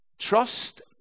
Trust